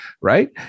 right